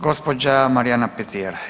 Gospođa Marijana Petir.